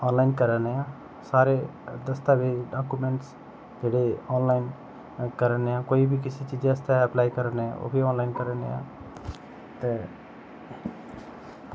हालाकें कराने आं सारे दस्तावेज़ जां डॉक्यूमैंट्स जेह्ड़े ऑनलाईन कराने कोई भी कुसै चीज़ै गी अस ऑनलाईन कराने आं ऑनलाईन कराने आं ते